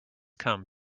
come